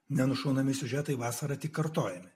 nenušaunami siužetai vasarą tik kartojami